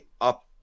up